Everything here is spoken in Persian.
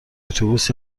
اتوبوس